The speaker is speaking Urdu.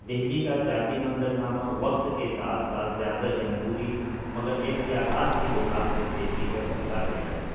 دہلی کا سیاسی مظرنامہ وقت کے ساتھ ساتھ زیادہ جمہوری مگر اختیارات کے لحاظ سے پیچیدہ بنتا گیا ہے